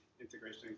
integration